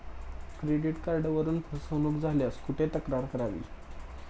Credit कार्डवरून फसवणूक झाल्यास कुठे तक्रार करावी?